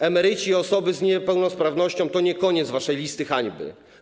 Emeryci i osoby z niepełnosprawnościami to nie koniec waszej listy hańby.